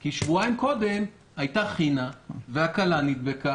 כי שבועיים קודם הייתה חינה והכלה נדבקה.